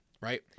right